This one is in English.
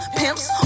pimps